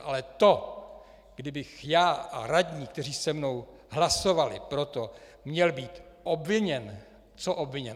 Ale to, kdybych já a radní, kteří se mnou hlasovali pro to, měl být obviněn co obviněn?